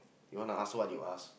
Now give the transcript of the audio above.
you want to ask what you ask